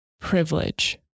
privilege